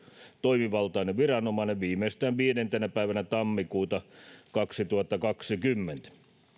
toimivaltainen viranomainen viimeistään viidentenä päivänä tammikuuta kaksituhattakaksikymmentä